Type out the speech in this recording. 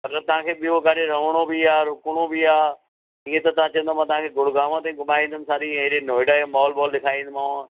मतिलबु तव्हांखे ॿियो किथे रहणो बि आहे रुकिणो बि आहे ईअं त तव्हां चवंदव मां तव्हांखे गुरूग्राम ताईं घुमाए ईंंदुमि सारी एॾे नोएडा जो मॉल वॉल ॾेखारे ईंदोमाव